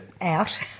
Out